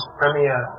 premier